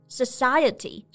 society